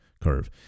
curve